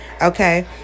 Okay